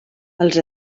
els